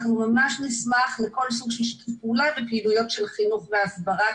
אנחנו ממש נשמח לכל סוג שלשיתוף פעולה בפעילויות של חינוך והסברה,